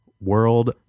world